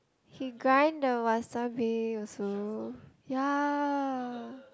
he grind the wasabi also ya